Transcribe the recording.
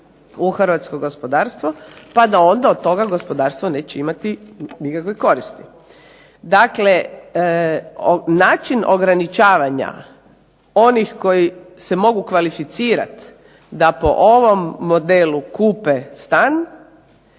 u hrvatsko gospodarstvo pa da onda od toga gospodarstvo neće imati nikakve koristi. Dakle, način ograničavanja onih koji se mogu kvalificirat da po ovom modelu kupe stan